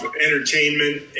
entertainment